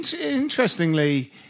interestingly